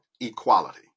equality